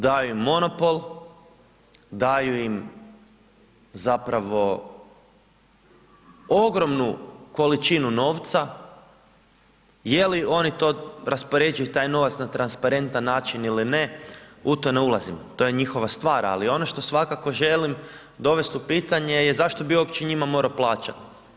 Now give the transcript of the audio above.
Daju im monopol, daju im zapravo ogromnu količinu novca, je li oni to raspoređuju taj novac na transparentan način ili ne, u to ne ulazim, to je njihova stvar, ali ono što svakako želim dovesti u pitanje zašto bi uopće morao njima plaćati.